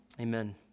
Amen